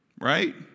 right